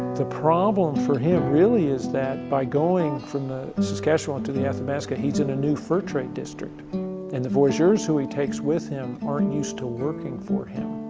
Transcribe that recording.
the problem for him really is that by going from the saskatchewan to the athabasca he's in a new fur trade district and the voyagers who he takes with him aren't used to working for him.